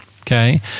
okay